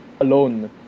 Alone